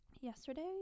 Yesterday